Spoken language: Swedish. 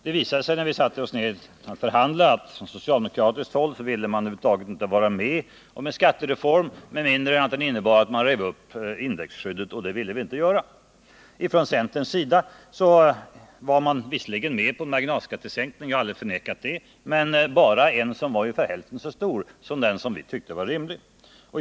Det visade sig, när vi satte oss ned för att förhandla, att man från socialdemokratiskt håll över huvud taget inte ville vara med om en skattereform med mindre än att den innebar ett upprivande av indexskyddet —-och det ville vi inte gå med på. Från centerns sida var man visserligen med på en marginalskattesänkning — jag har aldrig förnekat det — men bara en som var ungefär hälften så stor som den vi tyckte var rimlig.